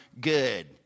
good